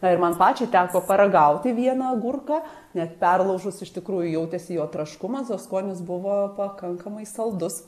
na ir man pačiai teko paragauti vieną agurką net perlaužus iš tikrųjų jautėsi jo traškumas o skonis buvo pakankamai saldus